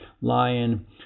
lion